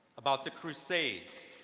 about the crusades.